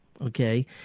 okay